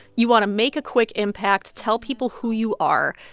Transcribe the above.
you want to make a quick impact, tell people who you are,